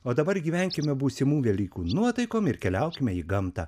o dabar gyvenkime būsimų velykų nuotaikom ir keliaukime į gamtą